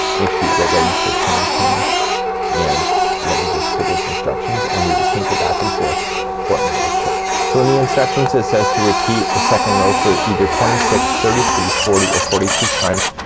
make sure you go right into a turning chain and let me just pull those instructions and you're just gonna go back and forth forming this shape. so in the instructions it says to repeat the second row for either twenty six, thirty three, forty or forty two times.